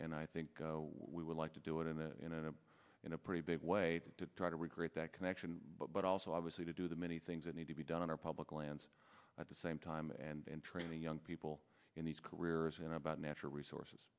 and i think we would like to do it in the in a in a pretty big way to try to recreate that connection but also obviously to do the many things that need to be done in our public lands at the same time and training young people in these careers and about natural resources